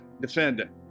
defendant